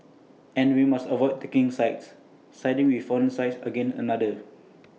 and we must avoid taking sides siding with one side against another